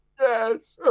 Yes